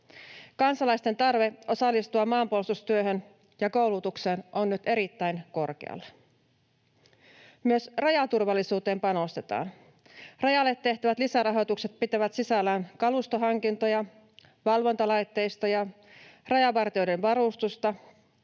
Kansalaisten tarve osallistua maanpuolustustyöhön ja ‑koulutukseen on nyt erittäin korkealla. Myös rajaturvallisuuteen panostetaan. Rajalle tehtävät lisärahoitukset pitävät sisällään kalustohankintoja, valvontalaitteistoja, rajavartijoiden varustusta,